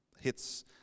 hits